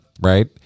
right